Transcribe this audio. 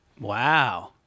wow